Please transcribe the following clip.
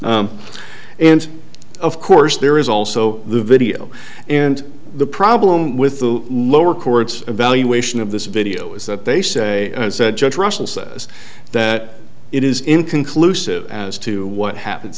and of course there is also the video and the problem with the lower court's evaluation of this video is that they say judge russell says that it is inconclusive as to what happens